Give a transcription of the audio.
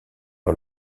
par